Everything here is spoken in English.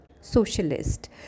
Socialist